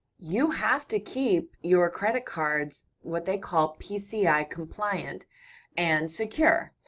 you have to keep your credit cards, what they call, pci compliant and secure.